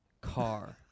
car